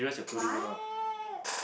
what